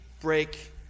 break